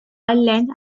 ireland